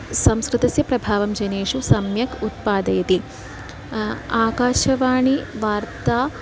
संस्कृतस्य प्रभावः जनेषु सम्यक् उत्पादयति आकाशवाणी वार्ता